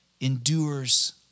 endures